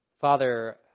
Father